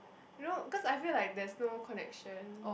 you know cause I feel like there's no connection